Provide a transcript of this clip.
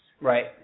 Right